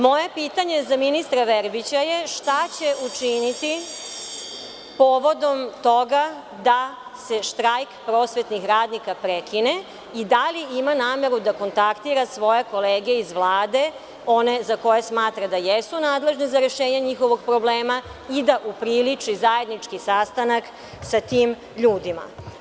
Moje pitanje za ministra Verbića je – šta će učiniti povodom toga da se štrajk prosvetnih radnika prekine i da li ima nameru da kontaktira svoje kolege iz Vlade, one za koje smatra da jesu nadležni za rešenje njihovog problema i da upriliči zajednički sastanak sa tim ljudima?